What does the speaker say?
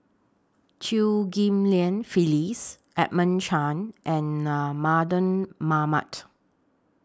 Chew Ghim Lian Phyllis Edmund Chen and Mardan Mamat